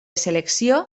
selecció